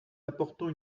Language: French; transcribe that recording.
apportant